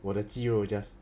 我的肌肉 just